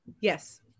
Yes